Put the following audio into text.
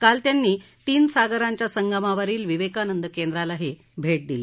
काल त्यांनी तीन सागरांच्या संगमावरील विवेकानंद केंद्राला भेट दिली